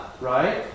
right